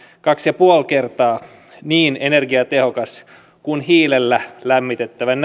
kaksi pilkku viisi kertaa niin energiatehokas kuin hiilellä lämmitettävän